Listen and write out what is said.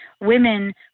Women